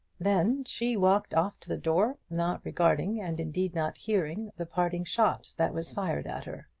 then she walked off to the door, not regarding, and indeed not hearing, the parting shot that was fired at her.